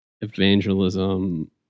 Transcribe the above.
evangelism